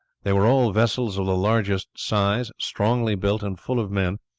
they were all vessels of the largest size, strongly built, and full of men,